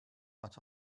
but